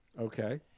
okay